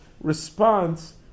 response